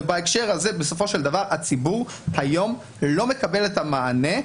ובהקשר הזה בסופו של דבר הציבור היום לא מקבל את המענה,